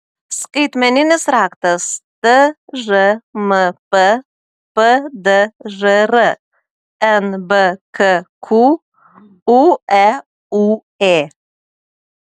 skaitmeninis raktas tžmp pdžr nbkq ueūė